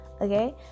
okay